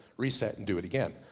reset and do it again.